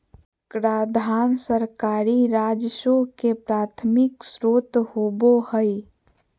कराधान सरकारी राजस्व के प्राथमिक स्रोत होबो हइ